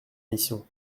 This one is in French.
mission